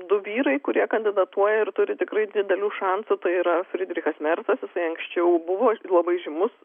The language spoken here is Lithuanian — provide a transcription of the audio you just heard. du vyrai kurie kandidatuoja ir turi tikrai didelių šansų tai yra fridrikas mercas jisai anksčiau buvo labai žymus